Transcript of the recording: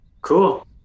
cool